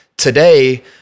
Today